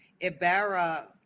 Ibarra